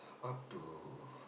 up to